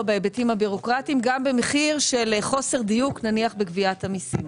בהיבטים הבירוקרטיים גם במחיר של חוסר דיוק בגביית המסים